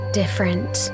different